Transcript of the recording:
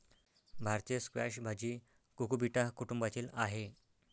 भारतीय स्क्वॅश भाजी कुकुबिटा कुटुंबातील आहे